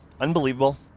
unbelievable